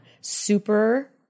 super